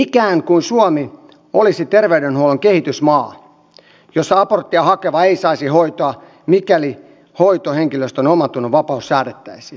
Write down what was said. ikään kuin suomi olisi terveydenhuollon kehitysmaa jossa aborttia hakeva ei saisi hoitoa mikäli hoitohenkilöstön omantunnonvapaus säädettäisiin